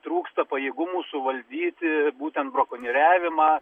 trūksta pajėgumų suvaldyti būtent brakonieriavimą